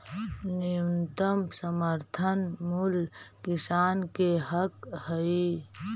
न्यूनतम समर्थन मूल्य किसान के हक हइ